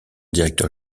directeur